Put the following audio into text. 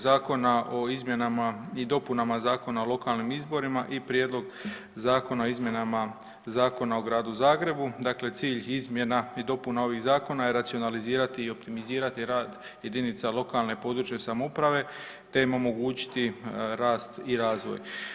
zakona o izmjenama i dopunama Zakona o lokalnim izborima i Prijedlog zakona o izmjenama Zakona o Gradu Zagrebu, dakle cilj izmjena i dopuna ovih zakona je racionalizirati i optimizirati rad jedinice lokalne i područne samouprave te im omogućiti rast i razvoj.